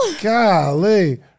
Golly